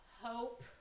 Hope